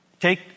Take